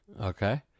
Okay